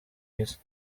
isi